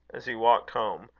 as he walked home,